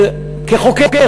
כחוקר,